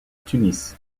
tunis